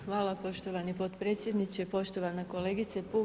Hvala poštovani potpredsjedniče, poštovana kolegice Puh.